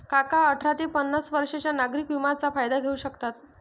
काका अठरा ते पन्नास वर्षांच्या नागरिक विम्याचा फायदा घेऊ शकतात